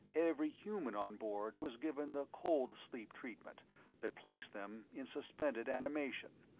every human on board was given the cold-sleep treatment that placed them in suspended animation,